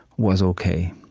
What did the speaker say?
was ok?